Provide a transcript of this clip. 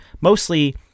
mostly